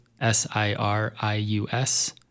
S-I-R-I-U-S